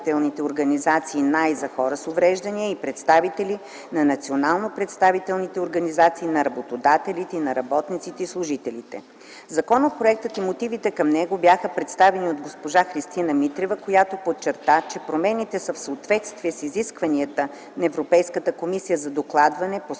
организации на и за хора с увреждания и представители на национално представителните организации на работодателите и на работниците и служителите. Законопроектът и мотивите към него бяха представени от госпожа Христина Митрева, която подчерта, че промените са в съответствие с изискванията на Европейската комисия за докладване по спазване